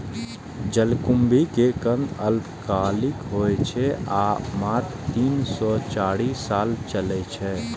जलकुंभी के कंद अल्पकालिक होइ छै आ मात्र तीन सं चारि साल चलै छै